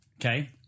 Okay